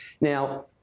Now